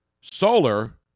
Solar